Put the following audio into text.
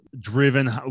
driven